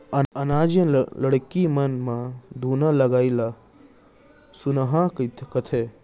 अनाज या लकड़ी मन म घुना लगई ल घुनहा कथें